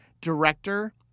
director